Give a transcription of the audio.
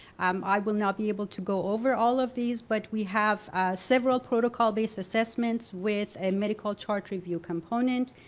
um i will not be able to go over all of these but we have a several protocol-based assessments with a medical chart review component,